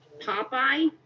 Popeye